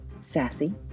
sassy